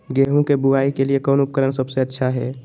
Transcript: गेहूं के बुआई के लिए कौन उपकरण सबसे अच्छा है?